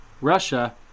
Russia